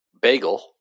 bagel